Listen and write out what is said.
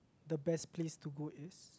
the best place to go is